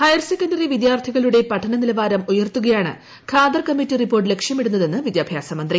higher secondary പിദ്യാർത്ഥികളുടെ പഠന നിലവാരം ഉയർത്തുകയാണ് ഖാദ്ദർ കമ്മിറ്റി റിപ്പോർട്ട് ലക്ഷ്യമിടുന്നതെന്ന് വിദ്യാഭ്യാസ മന്ത്രി